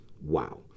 wow